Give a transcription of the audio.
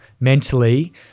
mentally